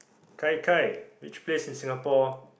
kai kai which place in Singapore